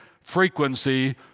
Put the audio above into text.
frequency